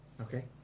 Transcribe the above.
Okay